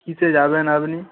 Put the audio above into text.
কীসে যাবেন আপনি